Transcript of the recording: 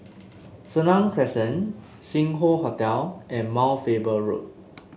Senang Crescent Sing Hoe Hotel and Mount Faber Road